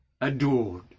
adored